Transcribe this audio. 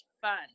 fun